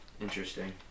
Interesting